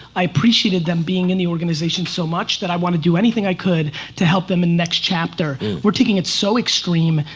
i appreciated them being in the organization so much that i wanna do anything i could to help them in next chapter. we're taking it so extreme,